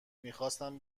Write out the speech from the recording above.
میخواستم